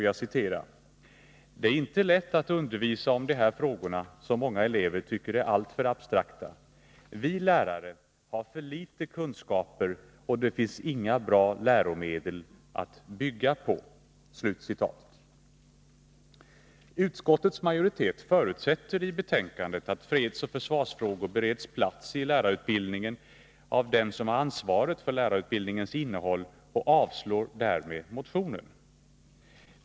Jag citerar: ”Det är inte lätt att undervisa om de här frågorna, som många elever tycker är alltför abstrakta. Vi lärare har för lite kunskaper och det finns inga bra läromedel att bygga på.” Utskottets majoritet förutsätter i betänkandet att fredsoch försvarsfrågor bereds plats i lärarutbildningen av dem som har ansvaret för lärarutbildningens innehåll och avstyrker därmed motionen.